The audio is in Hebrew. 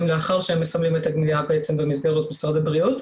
לאחר שהם מסיימים את הגמילה במסגרות משרד הבריאות,